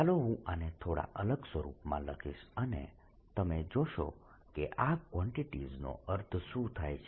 ચાલો હું આને થોડા અલગ સ્વરૂપમાં લખીશ અને તમે જોશો કે આ ક્વાન્ટીટીઝ નો અર્થ શું થાય છે